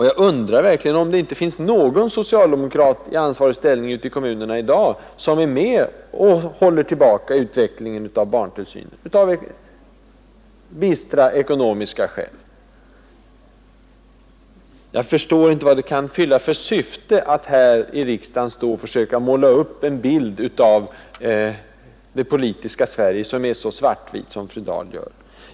Jag undrar om det inte finns någon ansvarig socialdemokrat ute i kommunerna i dag som av bistra ekonomiska skäl medverkar till att hålla tillbaka utvecklingen av barntillsynen? Jag förstår inte vilket syfte det kan tjäna att här i riksdagen försöka måla upp en bild av det politiska Sverige så till den grad i svart och vitt som fru Dahl gör.